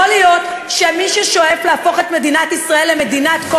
יכול להיות שמי ששואף להפוך את מדינת ישראל למדינת כל